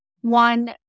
one